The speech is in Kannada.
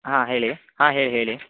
ಹಾಂ ಹೇಳಿ ಹಾಂ ಹೇಳಿ ಹೇಳಿ